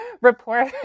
report